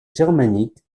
germanique